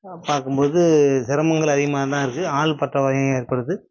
பார்க்கும்போது சிரமங்கள் அதிகமாகதான் இருக்குது ஆள் பற்றாக்குறையும் ஏற்படுது